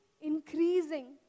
increasing